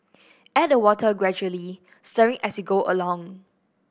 add the water gradually stirring as you go along